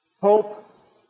hope